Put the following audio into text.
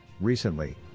Recently